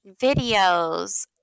videos